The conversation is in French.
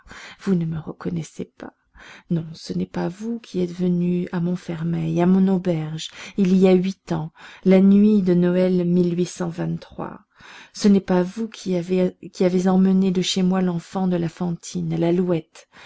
vous ne me reconnaissez pas non ce n'est pas vous qui êtes venu à montfermeil à mon auberge il y a huit ans la nuit de noël ce n'est pas vous qui avez emmené de chez moi l'enfant de la fantine l'alouette